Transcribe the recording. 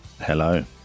Hello